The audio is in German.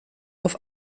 auf